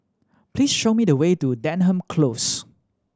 please show me the way to Denham Close